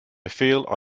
feel